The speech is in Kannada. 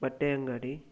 ಬಟ್ಟೆ ಅಂಗಡಿ